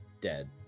dead